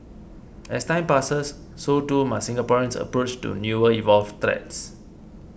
as time passes so too must Singapore's approach to newer evolved threats